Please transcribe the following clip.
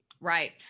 Right